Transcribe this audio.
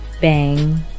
Bang